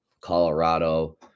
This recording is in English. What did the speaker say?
Colorado